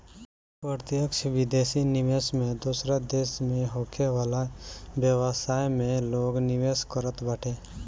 प्रत्यक्ष विदेशी निवेश में दूसरा देस में होखे वाला व्यवसाय में लोग निवेश करत बाटे